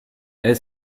est